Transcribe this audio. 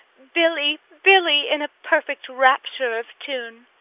billy, billy, in a perfect rapture of tune.